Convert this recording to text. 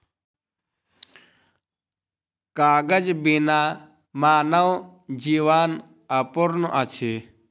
कागज बिना मानव जीवन अपूर्ण अछि